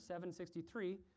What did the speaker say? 763